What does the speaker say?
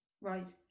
Right